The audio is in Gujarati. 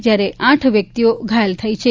જયારે આઠ વ્યક્તિઓ ઘાયલ થઇ છે